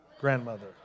grandmother